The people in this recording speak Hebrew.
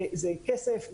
זה כסף,